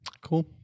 Cool